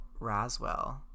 Raswell